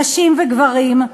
נשים וגברים,